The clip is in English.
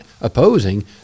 opposing